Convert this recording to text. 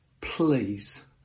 please